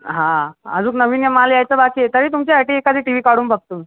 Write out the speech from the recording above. हां अजून नवीन आहे माल यायचा बाकी आहे तरी तुमच्यासाठी एखादी टी वी काढून बघतो मी